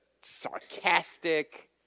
sarcastic